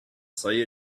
say